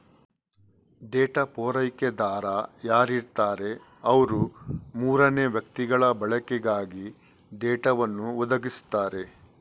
data ಪೂರೈಕೆದಾರ ಯಾರಿರ್ತಾರೆ ಅವ್ರು ಮೂರನೇ ವ್ಯಕ್ತಿಗಳ ಬಳಕೆಗಾಗಿ ಡೇಟಾವನ್ನು ಒದಗಿಸ್ತಾರೆ